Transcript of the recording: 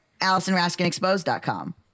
AllisonRaskinExposed.com